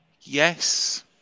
Yes